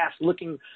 looking